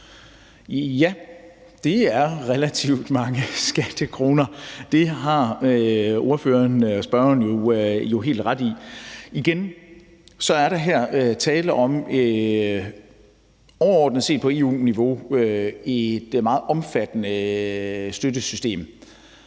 Ja, det er relativt mange skattekroner. Det har spørgeren jo helt ret i. Igen må jeg sige, at der overordnet set på EU-niveau er tale om et meget omfattende støttesystem,